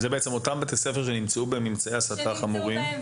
אלה בעצם אותם בתי ספר שנמצאו בהם ממצאי הסתה חמורים,